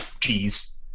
cheese